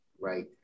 Right